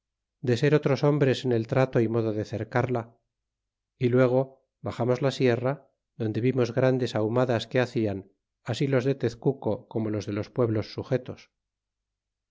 de ser otros hombres en el trato y modo de cercarla y luego baxamos la sierra donde vimos grandes ahumadas que bacian así los de tezcuco como los de los pueblos sujetos